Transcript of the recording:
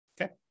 Okay